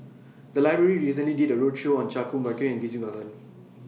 The Library recently did A roadshow on Chan Kum Wah Roy and Ghillie BaSan